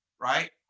Right